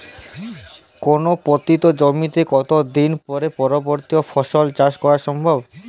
কোনো পতিত জমিতে কত দিন পরে পরবর্তী ফসল চাষ করা সম্ভব?